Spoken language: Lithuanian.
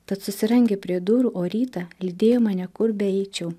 tad susirangė prie durų o rytą lydėjo mane kur beeičiau